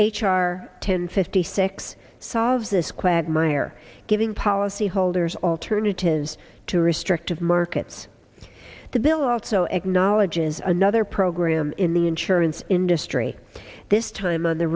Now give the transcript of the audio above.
r ten fifty six solves this quagmire giving policyholders alternatives to restrictive markets the bill also acknowledges another program in the insurance industry this time on the